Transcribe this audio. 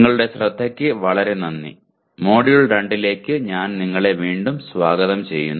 നിങ്ങളുടെ ശ്രദ്ധയ്ക്ക് വളരെ നന്ദി മൊഡ്യൂൾ 2 ലേക്ക് ഞാൻ നിങ്ങളെ വീണ്ടും സ്വാഗതം ചെയ്യുന്നു